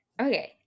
Okay